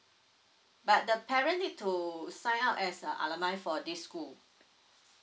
but the parent need to sign up as a alumni for this school